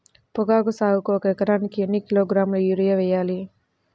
పొగాకు సాగుకు ఒక ఎకరానికి ఎన్ని కిలోగ్రాముల యూరియా వేయాలి?